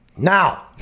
Now